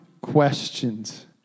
questions